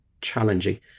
challenging